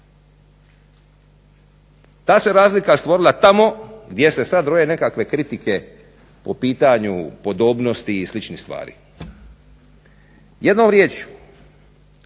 Ta se razlika stvorila tamo gdje se sad broje nekakve kritike po pitanju podobnosti i sličnih stvari. Jednom riječju